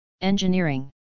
engineering